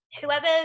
whoever